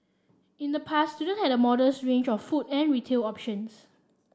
in the past student had a modest range of food and retail options